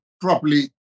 properly